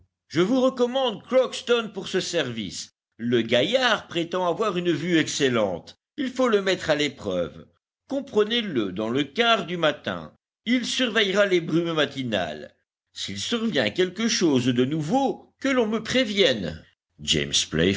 je vous recommande crockston pour ce service le gaillard prétend avoir une vue excellente il faut le mettre à l'épreuve comprenez le dans le quart du matin il surveillera les brumes matinales s'il survient quelque chose de nouveau que l'on me prévienne james